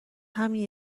همین